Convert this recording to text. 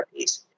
therapies